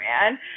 man